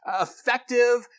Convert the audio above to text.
effective